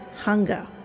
hunger